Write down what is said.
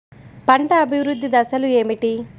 పంట అభివృద్ధి దశలు ఏమిటి?